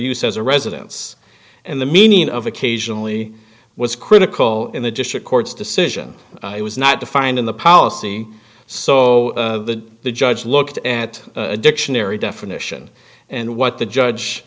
use as a residence and the meaning of occasionally was critical in the district court's decision it was not defined in the policy so the the judge looked at a dictionary definition and what the judge